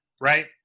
right